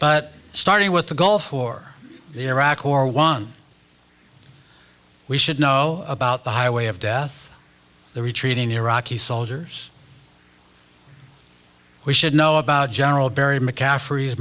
but starting with the goal for the iraq war one we should know about the highway of death the retreating iraqi soldiers we should know about general barry mccaffrey as